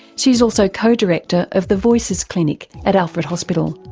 she is also co-director of the voices clinic at alfred hospital.